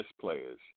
players